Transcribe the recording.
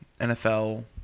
NFL